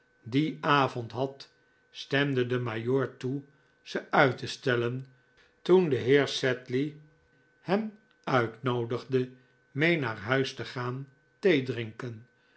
dien avond had stemde de majoor toe ze uit te stellen toen de heer sedley hem uitnoodigde mee naar huis te gaan